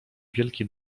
wielki